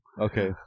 Okay